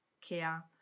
care